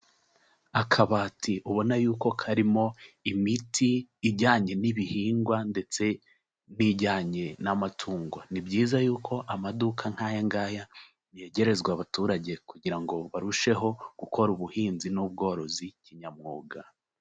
Akabati ubona yuko karimo imiti ijyanye n'ibihingwa ndetse n'ijyanye n'amatungo, ni byiza yuko amaduka nk'aya ngaya yegerezwa abaturage kugira ngo barusheho gukora ubuhinzi n'ubworozi kinyamwuga.